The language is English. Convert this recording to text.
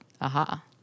Aha